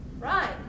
Right